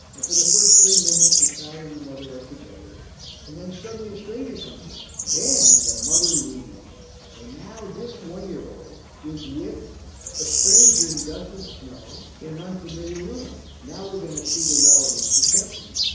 and for the first three minutes the child and the mother are together and then suddenly a stranger comes in. then the mother leaves, so now this one year old is with a stranger he doesn't know, in an unfamiliar room. now we're going to see the relevance to temperament.